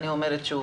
אני אומרת שוב,